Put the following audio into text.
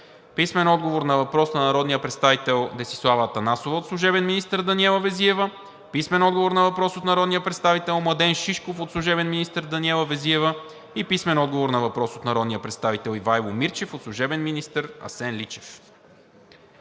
Писмен отговор на въпрос на народния представител Десислава Атанасова от служебен министър Даниела Везиева. Писмен отговор на въпрос от народния представител Младен Шишков от служебен министър Даниела Везиева. Писмен отговор на въпрос от народния представител Ивайло Мирчев от служебен министър Асен Личев.